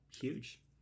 huge